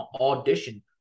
audition